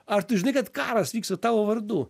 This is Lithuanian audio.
ar tu žinai kad karas vyksta tavo vardu